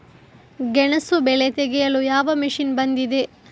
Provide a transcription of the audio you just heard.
ಗೆಣಸು ಬೆಳೆ ತೆಗೆಯಲು ಯಾವ ಮಷೀನ್ ಬಂದಿದೆ?